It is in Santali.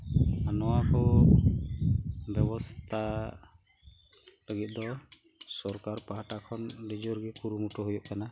ᱟᱨ ᱱᱚᱣᱟᱠᱩ ᱵᱮᱵᱚᱥᱛᱟ ᱞᱟᱹᱜᱤᱫ ᱫᱚ ᱥᱚᱨᱠᱟᱨ ᱯᱟᱦᱟᱴᱟᱠᱷᱚᱱ ᱟᱹᱰᱤ ᱡᱚᱨ ᱠᱚᱜᱮ ᱠᱩᱨᱩᱢᱩᱴᱩ ᱦᱩᱭᱩᱜ ᱠᱟᱱᱟ